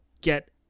get